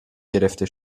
گرفته